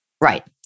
Right